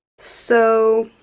so,